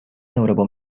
notable